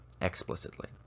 explicitly